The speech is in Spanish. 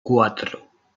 cuatro